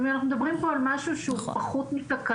זאת אומרת אנחנו מדברים פה על משהו שהוא פחות מתקנות,